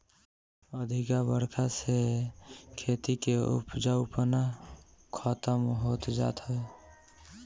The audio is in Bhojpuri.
अधिका बरखा से खेती के उपजाऊपना खतम होत जात हवे